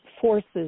forces